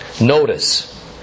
Notice